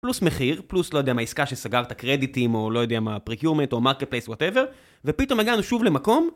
פלוס מחיר, פלוס לא יודע מה עסקה שסגרת קרדיטים, או לא יודע מה, פרקיומר או מרקפלייסט וואטאבר ופתאום הגענו שוב למקום